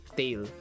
tail